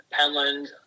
penland